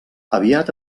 aviat